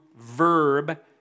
verb